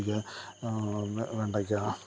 കത്തിരിക്ക വെണ്ടയ്ക്ക